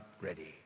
ready